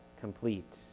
complete